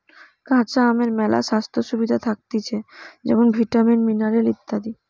কাঁচা আমের মেলা স্বাস্থ্য সুবিধা থাকতিছে যেমন ভিটামিন, মিনারেল ইত্যাদি